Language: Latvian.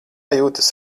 jūtas